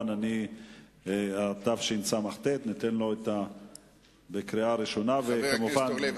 חבר הכנסת אורלב,